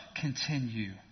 continue